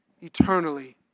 eternally